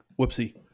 whoopsie